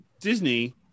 disney